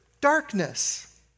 darkness